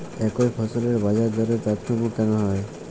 একই ফসলের বাজারদরে তারতম্য কেন হয়?